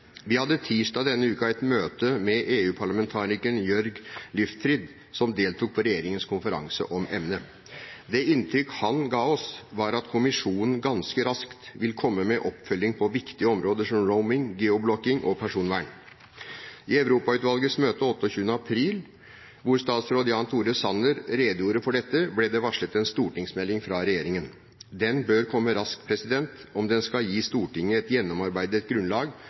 Vi hadde tirsdag denne uken et møte med EU-parlamentarikeren Jörg Leichtfried, som deltok på regjeringens konferanse om emnet. Det inntrykk han ga oss, var at kommisjonen ganske raskt vil komme med oppfølging på viktige områder som roaming, ego-blocking og personvern. I Europautvalgets møte 28. april, hvor statsråd Jan Tore Sanner redegjorde for dette, ble det varslet en stortingsmelding fra regjeringen. Den bør komme raskt, om den skal gi Stortinget et gjennomarbeidet grunnlag